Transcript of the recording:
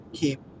keep